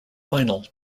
final